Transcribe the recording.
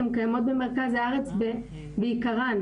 קיימות במרכז הארץ בעיקרן.